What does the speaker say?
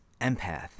empath